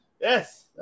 Yes